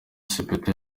sepetu